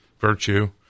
virtue